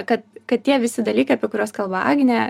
kad kad tie visi dalykai apie kuriuos kalba agnė